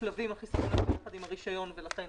בכלבים החיסון ניתן יחד עם הרישיון ולכן